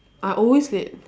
I always late